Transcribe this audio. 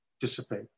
dissipate